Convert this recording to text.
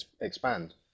expand